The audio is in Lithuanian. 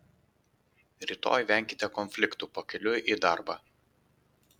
rytoj venkite konfliktų pakeliui į darbą